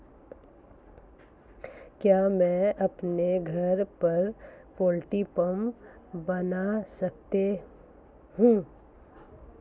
क्या मैं अपने घर पर पोल्ट्री फार्म बना सकता हूँ?